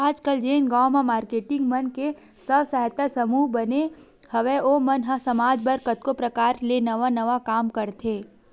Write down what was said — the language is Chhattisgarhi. आजकल जेन गांव म मारकेटिंग मन के स्व सहायता समूह बने हवय ओ मन ह समाज बर कतको परकार ले नवा नवा काम करथे